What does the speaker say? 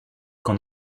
qu’en